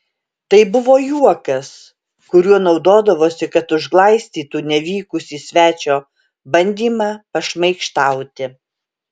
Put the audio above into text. tai buvo juokas kuriuo naudodavosi kad užglaistytų nevykusį svečio bandymą pašmaikštauti